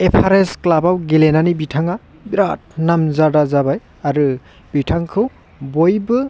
Everest क्लाबाव गेलेनानै बिथाङा बिराद नाम जादा जाबाय आरो बिथांखौ बयबो